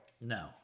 No